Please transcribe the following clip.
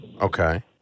Okay